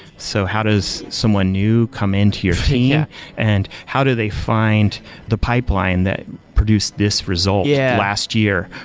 so how does someone new come in to your team yeah and how do they find the pipeline that produced this result yeah last year,